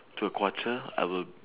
to a quarter I will